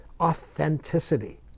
authenticity